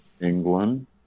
England